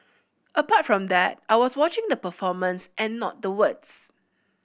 apart from that I was watching the performance and not the words